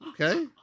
Okay